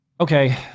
Okay